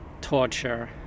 torture